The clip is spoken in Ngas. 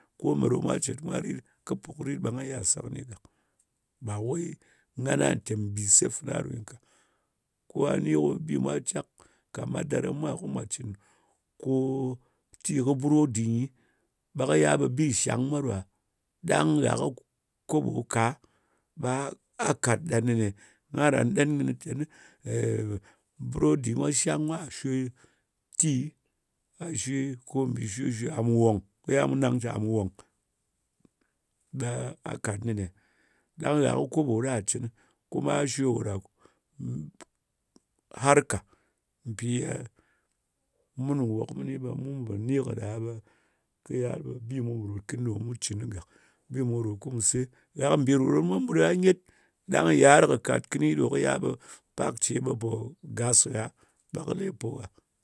Ko me ɗo mwa cet mwa rit ɗɨ kɨ puk rit, ɓe nga iya se kɨnɨ gàk. Ba wey ngana tè mbìse fana ɗo nyi ka. Ka ni bi mwa cyak, ka madara mwa, ko mwà cɨn tii kɨ burodi nyi, ɓe kɨ yal, ɓe bì shàng mwa ɗo ɗa. Ɗang gha kɨ koɓo ka, ɓa kàt ɗa nɨne. Nga ran ɗen kɨnɨ teni burodi mwa shang kwa shwe tii. Nga shwe ko mbì shwe-shwè, àm wòng. Kɨ yal ɓu nang tè àm wòng. Ɓa kàt nɨne. Ɗang gha kɨ koɓo ɗa cɨnɨ. Kuma gha shwe kò ɗa, har ka. Mpì ye mun nwòk mini ɓe mu pò ni kɨ ɗa, ɓe bi mu pò ròt kɨni ɗo mu cɨn gàk. Bi mu ròt ko mù se. Gha kɨ mbì rō rot mwa mɓut gha nyet, ɗang yiar kɨ kàt kɨni ɗò kɨ yal ɓe pak ce ɓe pò gas ngha, ɓe kɨ lepo ngha.